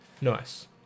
Nice